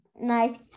nice